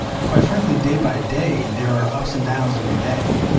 and quite frankly, day by day, there are ups and downs in your day.